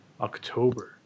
October